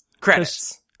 Credits